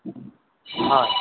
হয়